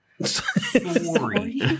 Sorry